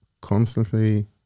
constantly